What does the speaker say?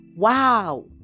Wow